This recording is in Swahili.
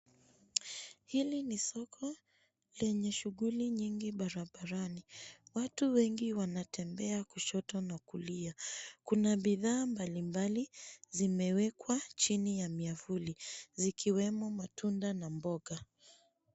Hili ni soko lenye shughuli nyingi barabarani. Watu wengi wanatembea kushoto na kulia. Kuna bidhaa mbalimbali, zimewekwa chini ya miavuli zikiwemo matunda na mboga.